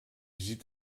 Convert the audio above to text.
sieht